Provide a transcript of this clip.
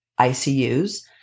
ICUs